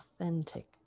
authentic